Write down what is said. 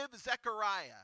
Zechariah